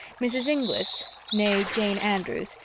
mrs. inglis nee jane andrews,